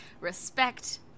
respect